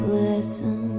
lesson